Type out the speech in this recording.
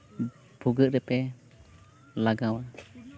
ᱵᱷᱩᱜᱟᱹᱜ ᱨᱮᱯᱮ ᱞᱟᱜᱟᱣᱟ